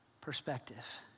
perspective